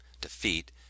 defeat